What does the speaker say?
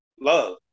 love